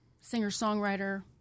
singer-songwriter